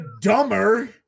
dumber